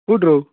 କୋଉଠୁ